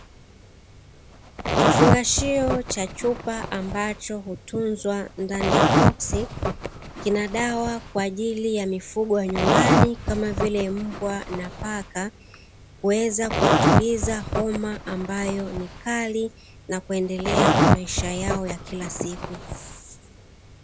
Kifungaahio cha chupbacho hutunzwa ndani ya boksi, kina dawa kwa ajili ya mifugo ya nyumbani kama vile mbwa na paka, kuweza kuwatuliza homa ambayo ni kali na kuendelea na maisha yao ya kila siku.